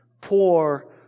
poor